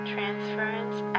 Transference